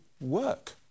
work